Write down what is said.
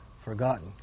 forgotten